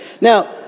Now